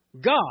God